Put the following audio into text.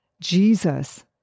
Jesus